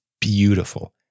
beautiful